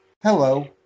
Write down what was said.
Hello